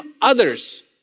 others